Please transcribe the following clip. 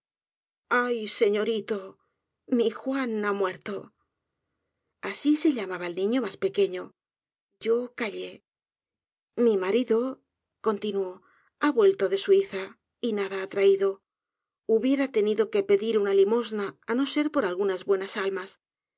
ay señorito mi juan ha muerto asi se llamaba el niño mas pequeño yo callé mi marido continuó ha vuelto de suiza y nada ha traído jiübiera tenido que pedir uña limosna á no ser por algunas buenas almas